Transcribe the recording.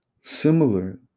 similar